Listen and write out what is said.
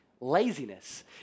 laziness